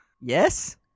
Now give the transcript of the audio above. yes